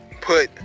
put